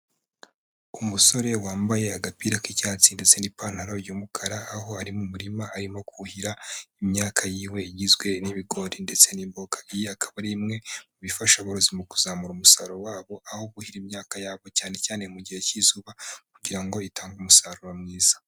Umusore wambaye agapira k'icyatsi ndetse n'ipantaro y'umukara, aho ari mu murima arimo kuhira imyaka yiwe igizwe n'ibigori ndetse n'imboga. Iyi ikaba ari imwe mu bifasha aborozi mu kuzamura umusaruro wabo, aho buhira imyaka yabo cyane cyane mu gihe cy'izuba kugira ngo itange umusaruro mwiza.